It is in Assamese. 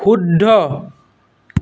শুদ্ধ